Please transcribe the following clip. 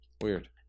Weird